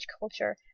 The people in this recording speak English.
culture